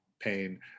pain